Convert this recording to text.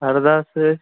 हरदा से